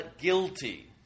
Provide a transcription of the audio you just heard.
guilty